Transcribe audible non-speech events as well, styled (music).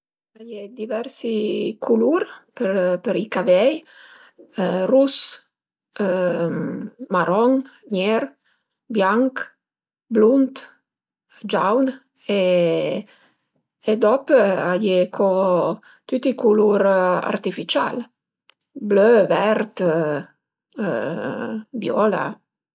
A ie dë diversi culur për për i cavei: rus (hesitation) maron, nier, bianch, blunt, giaun e dop a ie co tüti i culur artificial blö, vert, viola